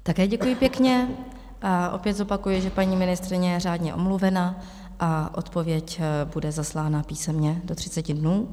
Také děkuji pěkně a opět zopakuji, že paní ministryně je řádně omluvena a odpověď bude zaslána písemně do 30 dnů.